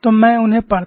तो मैं उन्हें पढ़ता